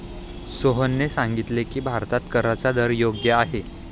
सोहनने सांगितले की, भारतात कराचा दर योग्य आहे